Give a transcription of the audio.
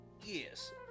Yes